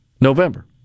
November